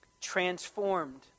Transformed